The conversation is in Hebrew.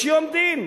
יש יום דין.